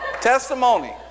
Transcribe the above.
Testimony